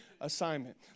assignment